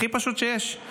הכי פשוט שיש.